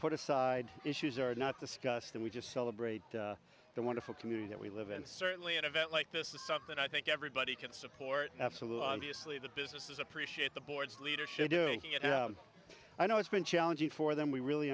put aside issues are not discussed and we just celebrate the wonderful community that we live in certainly an event like this is something i think everybody can support absolutely honestly the businesses appreciate the board's leadership doing i know it's been challenging for them we really